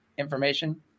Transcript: information